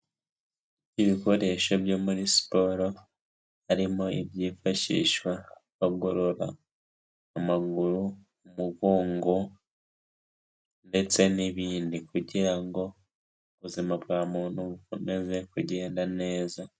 Ibikoresho byo muri siporo, harimo ibyifashishwa bagorora amaguru, umugongo, ndetse n'ibindi, kugira ngo ubuzima bwa muntu, bukomeze kugenda neza.